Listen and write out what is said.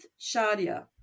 Shadia